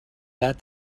let